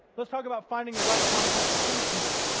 let's talk about finding the right content to feed people.